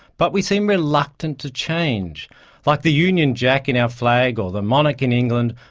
but we seem reluctant to change like the union jack in our flag or the monarch in england,